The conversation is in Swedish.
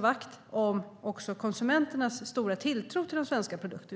vakt också om konsumenternas stora tilltro till de svenska produkterna.